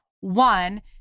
one